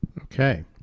Okay